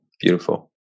Beautiful